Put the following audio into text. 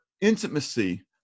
intimacy